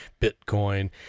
bitcoin